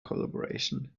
collaboration